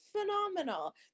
Phenomenal